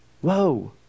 Whoa